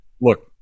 look